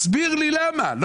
בין היתר בעיקר בגלל הקורונה.